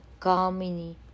Kamini